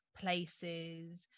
places